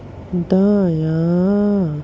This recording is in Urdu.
دایاں